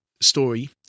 story